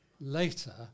later